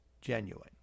genuine